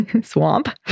Swamp